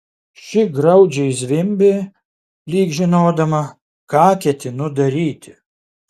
ši graudžiai zvimbė lyg žinodama ką ketinu daryti